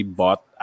bought